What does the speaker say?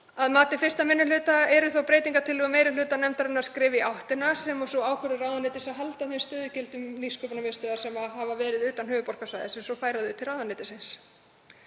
Að mati 1. minni hluta eru breytingartillögur meiri hluta nefndarinnar skref í áttina sem og sú ákvörðun ráðuneytis að halda þeim stöðugildum Nýsköpunarmiðstöðvar sem hafa verið utan höfuðborgarsvæðisins og færa þau til ráðuneytisins.